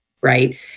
right